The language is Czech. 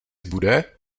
bude